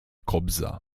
kobza